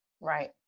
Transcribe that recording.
Right